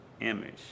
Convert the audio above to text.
image